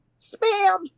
spam